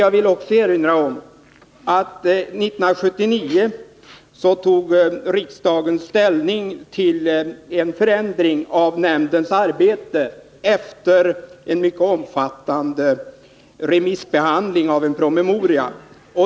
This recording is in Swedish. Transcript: Jag vill också erinra om att riksdagen 1979 tog ställning till en förändring av nämndens arbete, efter en mycket omfattande remissbehandling av en promemoria.